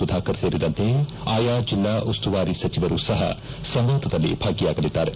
ಸುಧಾಕರ್ ಸೇರಿದಂತೆ ಆಯಾ ಜಿಲ್ಲಾ ಉಸ್ತುವಾರಿ ಸಚಿವರು ಸಹ ಸಂವಾದದಲ್ಲಿ ಭಾಗಿಯಾಗಲಿದ್ದಾರೆ